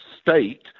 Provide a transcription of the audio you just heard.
state